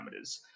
parameters